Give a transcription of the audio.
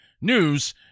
news